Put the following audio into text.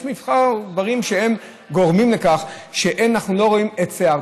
יש מבחר דברים שגורמים לכך שאנחנו לא רואים היצע,